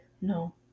no